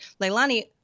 Leilani